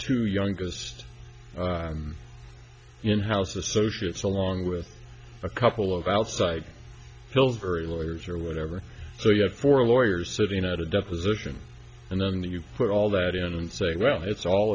two youngest in house associates along with a couple of outside pillsbury lawyers or whatever so you have four lawyers serving out a deposition and then the you put all that in and say well it's all